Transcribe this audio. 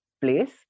place